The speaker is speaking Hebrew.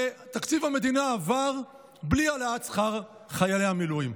ותקציב המדינה עבר בלי העלאת שכר חיילי המילואים.